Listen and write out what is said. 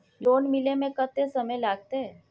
Loan मिले में कत्ते समय लागते?